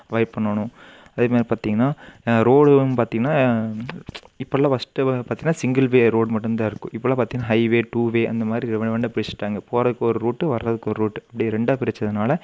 avoid பண்ணணும் அதே மாதிரி பார்த்தீங்கன்னா ரோடுன்னு பார்த்தீங்கன்னா இப்போல்லாம் ஃபர்ஸ்ட்டு வ பார்த்தீங்கன்னா சிங்கிள் வே ரோடு மட்டுந்தான் இருக்கும் இப்போல்லாம் பார்த்தீங்கன்னா ஹைவே டூ வே அந்த மாதிரி பிரிச்சுட்டாங்க போகிறதுக்கு ஒரு ரூட்டு வர்றதுக்கு ஒரு ரூட்டு இப்படி ரெண்டாக பிரித்ததுனால